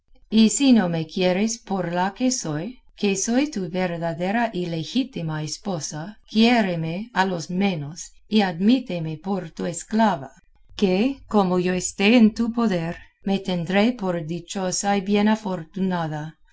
y si no me quieres por la que soy que soy tu verdadera y legítima esposa quiéreme a lo menos y admíteme por tu esclava que como yo esté en tu poder me tendré por dichosa y bien afortunada